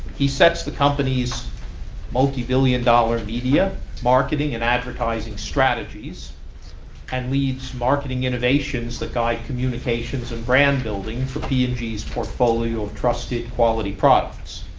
he sets the company's multibillion dollar media, marketing and advertising strategies and leads marketing innovations that guide communications and brand-building for p and g's portfolio of trusted, quality products.